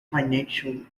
financial